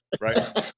right